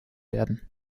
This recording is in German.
werden